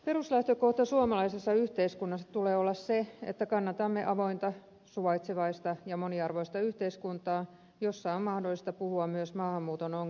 peruslähtökohdan suomalaisessa yhteiskunnassa tulee olla se että kannatamme avointa suvaitsevaista ja moniarvoista yhteiskuntaa jossa on mahdollista puhua myös maahanmuuton ongelmista